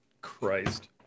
christ